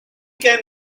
can